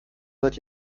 seit